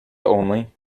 only